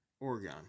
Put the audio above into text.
Oregon